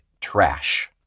trash